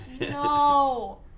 No